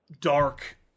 dark